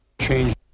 change